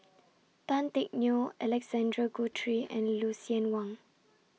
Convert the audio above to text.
Tan Teck Neo Alexander Guthrie and Lucien Wang